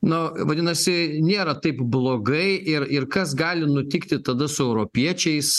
nu vadinasi nėra taip blogai ir ir kas gali nutikti tada su europiečiais